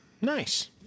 nice